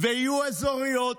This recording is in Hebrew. ויהיו אזוריות,